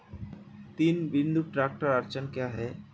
तीन बिंदु ट्रैक्टर अड़चन क्या है?